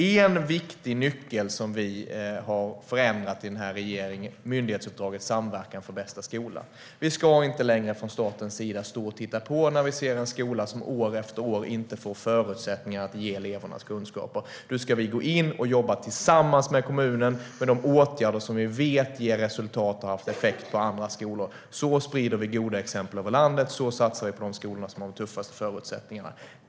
En viktig nyckel som vi har förändrat i den här regeringen är myndighetsuppdraget Samverkan för bästa skola. Vi ska inte längre från statens sida stå och titta på när vi ser en skola som år efter år inte får förutsättningar att ge eleverna kunskaper. Nu ska vi gå in och jobba tillsammans med kommunen med de åtgärder som vi vet ger resultat och har haft effekt på andra skolor. Så sprider vi goda exempel över landet. Så satsar vi på de skolor som har de tuffaste förutsättningarna.